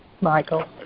Michael